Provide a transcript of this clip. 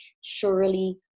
surely